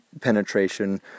penetration